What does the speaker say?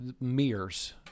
mirrors